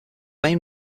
main